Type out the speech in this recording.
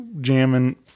jamming